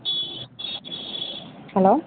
hello